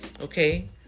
Okay